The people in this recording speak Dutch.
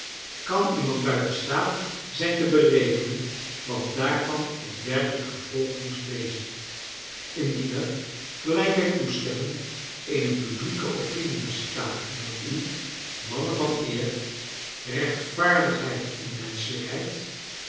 kan iemand buiten staat zijn te berekenen wat daarvan het werkelijke gevolg moest wezen indien er gelijk wij toestemmen eene publieke opinie bestaat onder u mannen van eer rechtvaardigheid en menschelijkheid